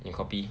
你 copy